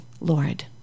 Lord